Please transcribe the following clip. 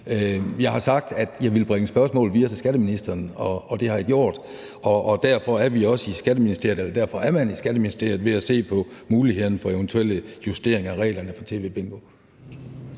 Jeg har sagt, at jeg ville bringe spørgsmålet videre til skatteministeren, og det har jeg gjort, og derfor er man i Skatteministeriet ved at se på mulighederne for eventuelle justeringer af reglerne for SIFA TVBingo.